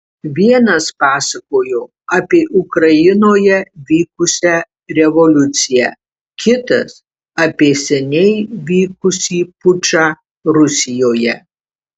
vienas pasakojo apie ukrainoje vykusią revoliuciją kitas apie seniai vykusį pučą rusijoje